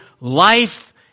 life